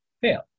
fail